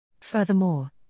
Furthermore